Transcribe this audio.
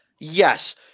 Yes